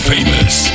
Famous